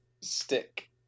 stick